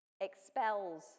expels